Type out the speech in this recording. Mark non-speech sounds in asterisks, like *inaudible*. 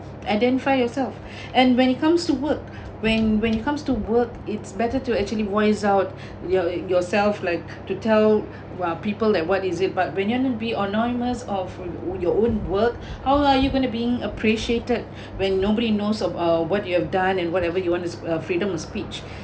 and then find yourself *breath* and when it comes to work *breath* when when it comes to work it's better to actually voice out *breath* your yourself like to tell *breath* while people like what is it but remain to be anonymous of your own work *breath* how are you going to being appreciated *breath* when nobody knows uh what you have done and whatever you want uh freedom of speech *breath*